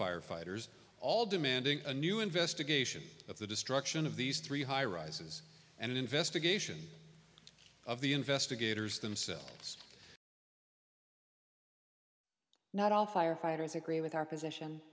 firefighters all demanding a new investigation of the destruction of these three high rises and an investigation of the investigators themselves not all firefighters agree with our position